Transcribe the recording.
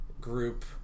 group